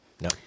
No